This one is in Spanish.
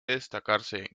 destacarse